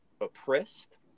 oppressed